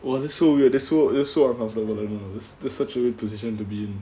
!wah! that's so weird that's so that's so uncomfortable that's such a weird position to be in